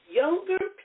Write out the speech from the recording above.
younger